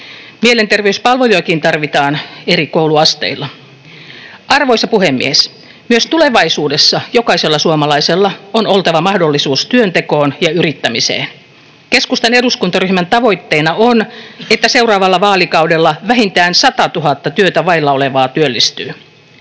Mielenterveyspalvelujakin tarvitaan eri kouluasteilla. Arvoisa puhemies! Myös tulevaisuudessa jokaisella suomalaisella on oltava mahdollisuus työntekoon ja yrittämiseen. Keskustan eduskuntaryhmän tavoitteena on, että seuraavalla vaalikaudella vähintään 100 000 työtä vailla olevaa työllistyy.